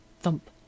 Thump